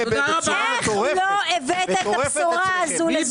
איך לא הבאת את הבשורה הזאת?